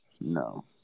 No